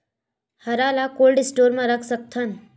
हरा ल cold store म रख सकथन?